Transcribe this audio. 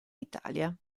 italia